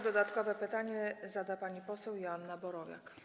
Dodatkowe pytanie zada pani poseł Joanna Borowiak.